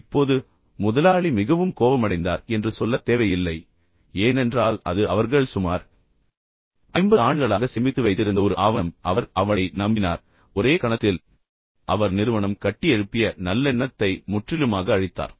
இப்போது முதலாளி மிகவும் கோபமடைந்தார் என்று சொல்லத் தேவையில்லை ஏனென்றால் அது அவர்கள் சுமார் 50 ஆண்டுகளாக சேமித்து வைத்திருந்த ஒரு ஆவணம் அவர் அவளை நம்பினார் ஒரே கணத்தில் அவர் நிறுவனம் கட்டியெழுப்பிய நல்லெண்ணத்தை முற்றிலுமாக அழித்தார்